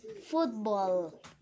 football